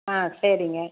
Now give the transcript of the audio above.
ஆ சரிங்க